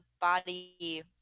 body